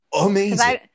amazing